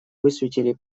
высветили